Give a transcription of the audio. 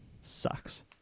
Sucks